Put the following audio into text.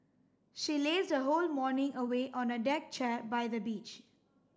she lazed her whole morning away on a deck chair by the beach